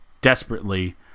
desperately